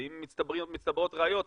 ואם מצטברות ראיות,